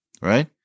Right